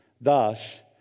Thus